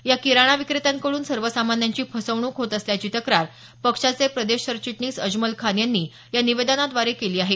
या किराणा विक्रेत्यांकड्रन सर्वसामान्यांची फसवणूक होत असल्याची तक्रार पक्षाचे प्रदेश सरचिटणीस अजमल खान यांनी या निवेदनाद्वारे केली आहे